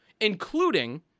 including